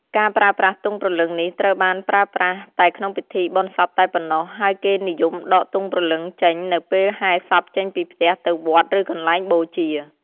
ការប្រើប្រាស់ទង់ព្រលឺងនេះ ត្រូវបានប្រើប្រាស់តែក្នុងពិធីបុណ្យសពតែប៉ុណ្ណោះ ហើយគេនិយមដកទង់ព្រលឹងចេញនៅពេលហែរសពចេញពីផ្ទះទៅវត្ត ឬកន្លែងបូជា។